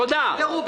תודה.